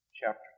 chapter